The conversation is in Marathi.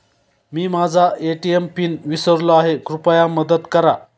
मी माझा ए.टी.एम पिन विसरलो आहे, कृपया मदत करा